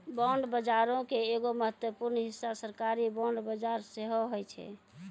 bond बजारो के एगो महत्वपूर्ण हिस्सा सरकारी बांड बजार सेहो होय छै